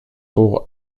pour